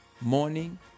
morning